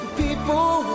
people